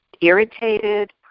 irritated